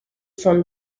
from